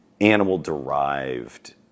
animal-derived